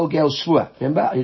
Remember